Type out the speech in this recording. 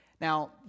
Now